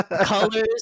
colors